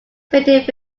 fitted